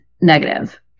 negative